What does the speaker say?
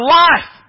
life